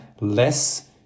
less